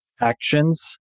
actions